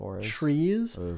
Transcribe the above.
trees